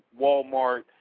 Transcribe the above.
Walmart